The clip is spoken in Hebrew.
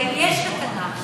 האם יש תקנה?